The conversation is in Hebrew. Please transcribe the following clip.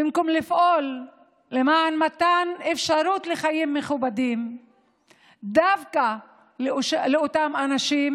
במקום לפעול למתן אפשרות לחיים מכובדים דווקא לאותם אנשים,